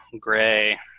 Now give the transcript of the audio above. gray